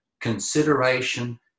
consideration